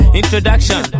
introduction